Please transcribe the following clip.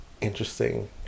interesting